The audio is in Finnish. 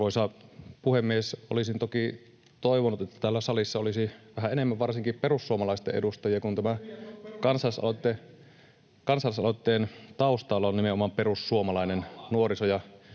Arvoisa puhemies! Olisin toki toivonut, että täällä salissa olisi vähän enemmän varsinkin perussuomalaisten edustajia, [Antti Kurvinen: Tyhjät on perussuomalaisten rivit!